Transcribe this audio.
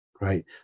right